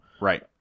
Right